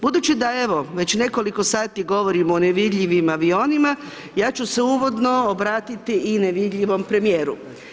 Budući da, evo, već nekoliko sati govorimo o nevidljivim avionima, ja ću se uvodno obratiti i nevidljivom premijeru.